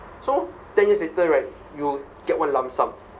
so ten years later right you get one lump sum